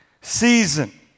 season